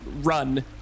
run